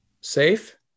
safe